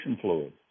fluid